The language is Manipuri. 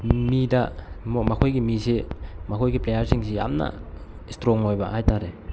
ꯃꯤꯗ ꯃꯈꯣꯏꯒꯤ ꯃꯤꯁꯤ ꯃꯈꯣꯏꯒꯤ ꯄ꯭ꯂꯦꯌꯥꯔꯁꯤꯡꯁꯤ ꯌꯥꯝꯅ ꯏꯁꯇ꯭ꯔꯣꯡ ꯑꯣꯏꯕ ꯍꯥꯏꯇꯥꯔꯦ